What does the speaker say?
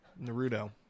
Naruto